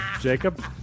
Jacob